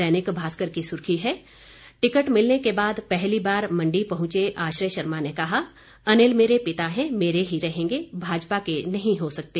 दैनिक भास्कर की सुर्खी है टिकट मिलने के बाद पहली बार मंडी पहुंचे आश्रय शर्मा ने कहा अनिल मेरे पिता हैं मेरे ही रहेंगे भाजपा के नहीं हो सकते